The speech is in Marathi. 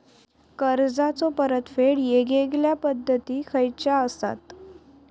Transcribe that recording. कर्जाचो परतफेड येगयेगल्या पद्धती खयच्या असात?